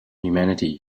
humanity